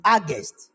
August